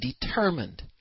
determined